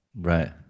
Right